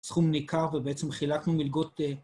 סכום ניכר, ובעצם חילקנו מלגות...